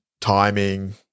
timing